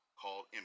called